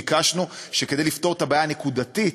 ביקשנו שכדי לפתור את הבעיה הנקודתית,